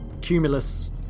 cumulus